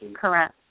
Correct